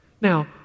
Now